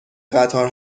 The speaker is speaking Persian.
قطار